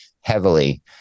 heavily